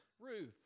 Ruth